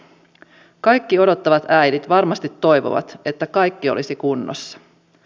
kaikki odottavat äidit varmasti toivovat että kaikki olisi kunnossa